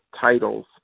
titles